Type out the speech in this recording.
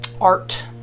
art